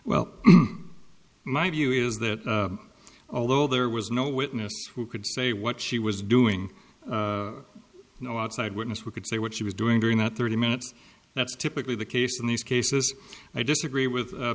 well my view is that although there was no witness who could say what she was doing no outside witness we could say what she was doing during that thirty minutes that's typically the case in these cases i disagree with